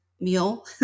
meal